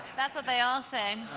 that's what they all say.